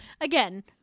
Again